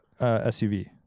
SUV